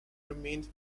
remained